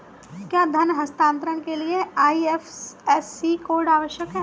क्या धन हस्तांतरण के लिए आई.एफ.एस.सी कोड आवश्यक है?